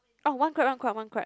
oh one crab one crab one crab